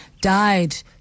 died